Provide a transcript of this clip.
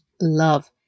love